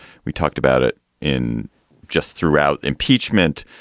we talked about it in just throughout impeachment,